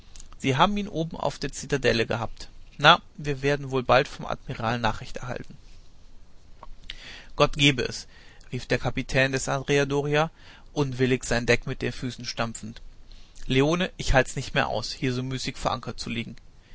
sie haben ihn oben auf der zitadelle gehabt na wir werden wohl bald vom admiral nachricht erhalten gott gebe es rief der kapitän des andrea doria unwillig sein deck mit dem fuß stampfend leone ich halt's nicht mehr aus hier so müßig vor anker zu liegen